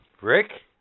Rick